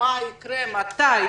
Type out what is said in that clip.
מה יקרה מתי,